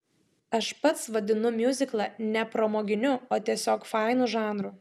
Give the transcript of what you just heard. aš pats vadinu miuziklą ne pramoginiu o tiesiog fainu žanru